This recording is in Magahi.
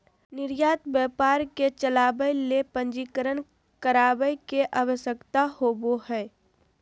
निर्यात व्यापार के चलावय ले पंजीकरण करावय के आवश्यकता होबो हइ